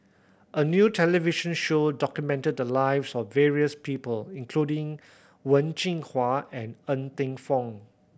a new television show documented the lives of various people including Wen Jinhua and Ng Teng Fong